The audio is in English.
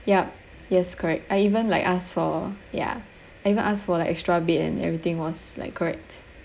yup yes correct I even like ask for ya I even ask for like extra bed and everything was like correct